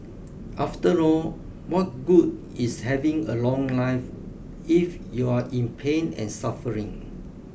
after all what good is having a long life if you're in pain and suffering